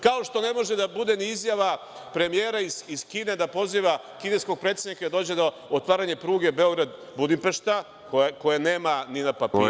Kao, što ne može da bude ni izjava premijera iz Kine da poziva kineskog predsednika da dođe na otvaranje pruge Beograd – Budimpešta, koje nema ni na papiru…